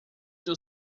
two